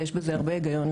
דבר שיש בו הרבה הגיון,